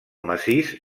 massís